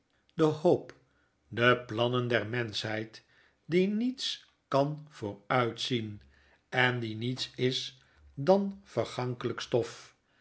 de hoop de plannen der menschheid die niets kan vooruitzien en die niets is dan vergankelijk stof